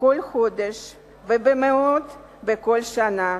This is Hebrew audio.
כל חודש ובמאות בכל שנה.